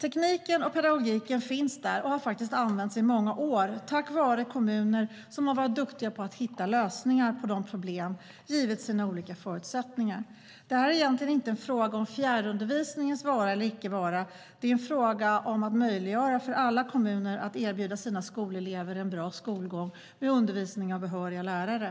Tekniken och pedagogiken finns och har använts i många år tack vare kommuner som har varit duktiga på att hitta lösningar på problemen, givet sina olika förutsättningar. Det är egentligen inte en fråga om fjärrundervisningens vara eller icke vara. Det är en fråga om att göra det möjligt för alla kommuner att erbjuda sina skolelever en bra skolgång med undervisning av behöriga lärare.